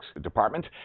Department